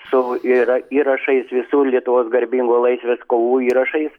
su yra įrašais visų lietuvos garbingų laisvės kovų įrašais